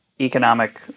economic